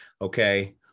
Okay